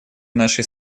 нашей